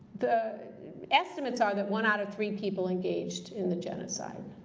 the estimates are that one out of three people engaged in the genocide.